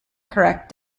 correct